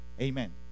Amen